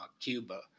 Cuba